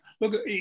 look